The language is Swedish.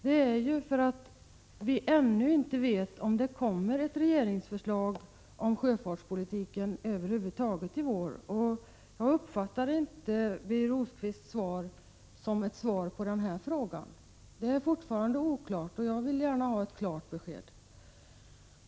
Det beror ju på att vi ännu inte vet om det kommer något regeringsförslag om sjöfartspolitiken över huvud taget i vår. Jag uppfattade inte Birger Rosqvists inlägg som ett svar på den frågan. Det här är fortfarande oklart, och jag vill gärna ha ett klart besked.